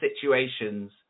situations